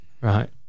Right